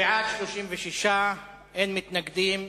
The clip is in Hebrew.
בעד, 36, אין מתנגדים.